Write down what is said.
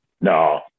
No